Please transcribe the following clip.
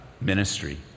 ministry